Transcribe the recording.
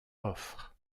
offre